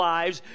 lives